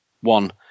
One